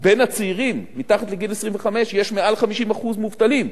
בין הצעירים מתחת לגיל 25, יש מעל 50% מובטלים.